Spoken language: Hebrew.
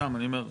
סתם אני אומר,